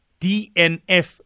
DNF